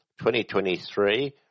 2023